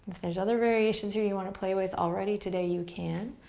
there's other variations here you want to play with, already today you can.